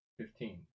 Fifteen